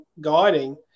guiding